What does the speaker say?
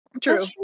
True